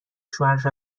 شوهرش